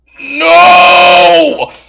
No